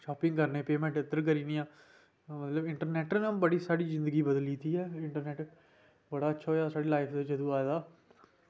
shopping करने ई payment इतनी गर्मी आ इंटरनेट ना साढ़ी जिंदगी बड़ी बदली दित्ती दी ऐ इंटरनेट बड़ा अच्छा होआ जेह्ड़ा एह् साढ़ी लाईफ बिच आया